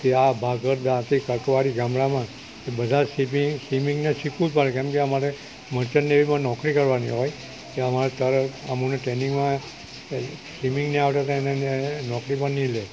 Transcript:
તે આ ભાગળ દાતી કાટવાળી ગામડામાં કે બધા સ્વિમિંગ સ્વિમિંગને શીખવું જ પડે કેમકે અમારે મર્ચન્ટ નેવીમાં નોકરી કરવાની હોય ત્યાં અમારે અમને ટ્રેનિંગમાં સ્વિમિંગ નહીં આવડે તો એને એને નોકરીમાં નહીં લે